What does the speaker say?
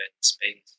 space